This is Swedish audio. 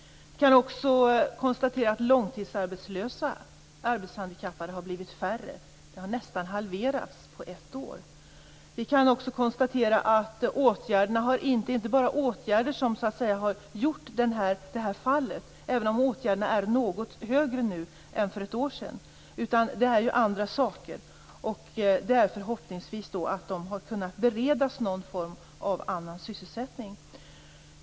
Vi kan också konstatera att långtidsarbetslösa arbetshandikappade har blivit färre. Antalet har nästan halverats på ett år. Vi kan också konstatera att det inte bara är åtgärder som har åstadkommit det här fallet, även om åtgärderna är något fler nu än för ett år sedan. Det beror på andra saker. Förhoppningsvis har de kunnat beredas någon form av annan sysselsättning.